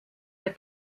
der